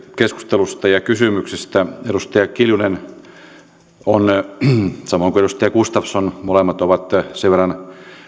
keskustelusta ja kysymyksistä edustaja kiljunen samoin kuin edustaja gustafsson ovat molemmat sen verran